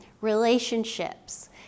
relationships